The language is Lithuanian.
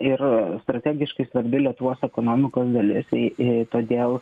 ir strategiškai svarbi lietuvos ekonomikos dalis į todėl